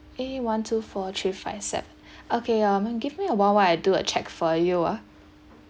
A one two four three five seven okay um give me a while while I do a check for you ah